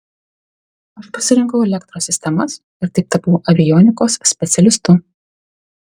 aš pasirinkau elektros sistemas ir taip tapau avionikos specialistu